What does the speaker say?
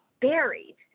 buried